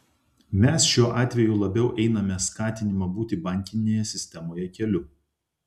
mes šiuo atveju labiau einame skatinimo būti bankinėje sistemoje keliu